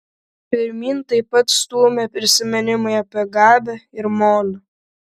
pirmyn taip pat stūmė prisiminimai apie gabę ir molę